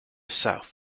south